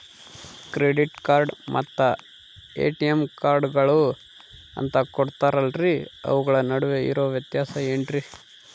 Credit card ಮತ್ತ ATM ಕಾರ್ಡುಗಳು ಅಂತಾ ಕೊಡುತ್ತಾರಲ್ರಿ ಅವುಗಳ ನಡುವೆ ಇರೋ ವ್ಯತ್ಯಾಸ ಏನ್ರಿ?